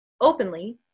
openly